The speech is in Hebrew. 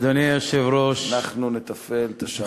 אנחנו נתפעל את השעונים.